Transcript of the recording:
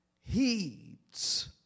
heeds